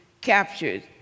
captured